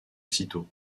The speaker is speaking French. citeaux